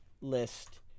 list